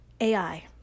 AI